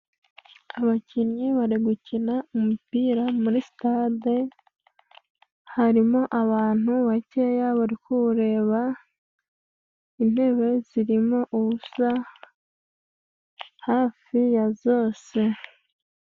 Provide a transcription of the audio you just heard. Abakinnyi bari gukina umupira muri stade harimo abantu bakeya bari kuwureba intebe zirimo ubusa hafi ya zose.